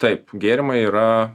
taip gėrimai yra